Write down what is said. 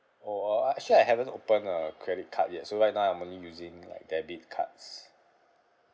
orh uh uh actually I haven't open a credit card yet so right now I'm only using like debit cards